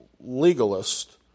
legalist